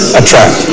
attract